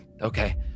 Okay